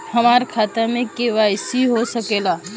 हमार खाता में के.वाइ.सी हो सकेला?